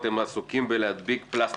אתם עסוקים בלהדביק פלסטרים.